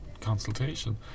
consultation